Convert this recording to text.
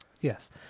Yes